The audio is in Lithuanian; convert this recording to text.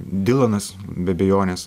dilanas be abejonės